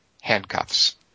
handcuffs